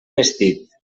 vestit